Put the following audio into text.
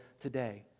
today